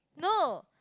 no